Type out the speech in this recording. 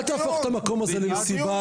אל תהפוך את המקום הזה למסיבה,